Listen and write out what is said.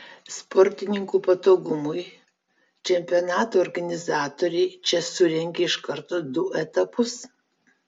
sportininkų patogumui čempionato organizatoriai čia surengė iš karto du etapus